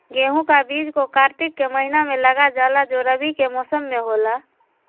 गेहूं का बीज को कार्तिक के महीना में लगा जाला जो रवि के मौसम में होला